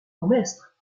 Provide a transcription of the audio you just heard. bourgmestre